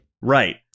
Right